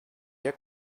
your